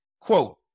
Quote